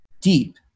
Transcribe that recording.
deep